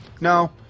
no